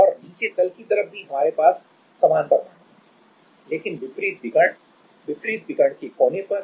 और नीचे तल की तरफ भी हमारे पास समान परमाणु होंगे लेकिन विपरीत विकर्ण विपरीत विकर्ण के कोने पर